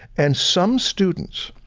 and some students,